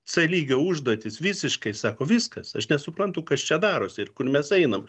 c lygio užduotis visiškai sako viskas aš nesuprantu kas čia darosi ir kur mes einam